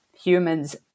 humans